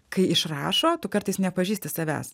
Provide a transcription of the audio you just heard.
kai išrašo tu kartais nepažįsti savęs